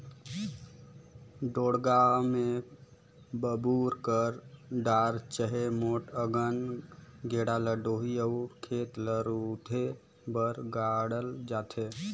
ढोड़गा मे बबूर कर डार चहे मोट अकन गेड़ा ल डोली अउ खेत ल रूधे बर गाड़ल जाथे